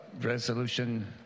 resolution